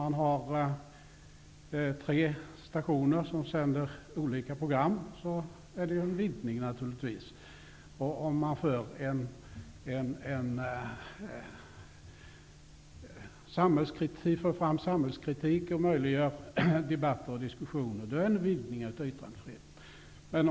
Har man tre stationer som sänder olika program, är det ju en vidgning. För man fram samhällskritik och möjliggör debatter, innebär det en vidgning av yttrandefriheten.